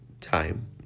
time